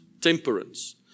Temperance